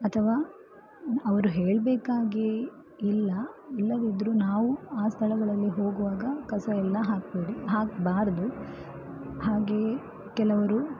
ಅಥವಾ ಅವರು ಹೇಳಬೇಕಾಗಿಯೇ ಇಲ್ಲ ಇಲ್ಲಿದಿದ್ರೂ ನಾವು ಆ ಸ್ಥಳಗಳಲ್ಲಿ ಹೋಗುವಾಗ ಕಸಯೆಲ್ಲ ಹಾಕಬೇಡಿ ಹಾಕಬಾರದು ಹಾಗೇ ಕೆಲವರು